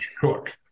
Cook